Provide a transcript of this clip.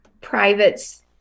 privates